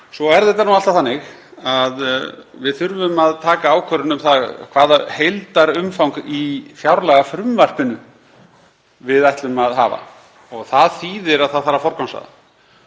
svo er þetta nú alltaf þannig að við þurfum að taka ákvörðun um hvaða heildarumfang í fjárlagafrumvarpinu við ætlum að hafa. Það þýðir að það þarf að forgangsraða